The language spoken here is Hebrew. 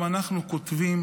גם אנחנו כותבים